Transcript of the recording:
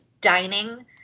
dining